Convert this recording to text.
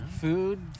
Food